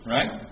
Right